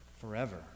forever